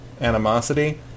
animosity